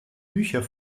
bücher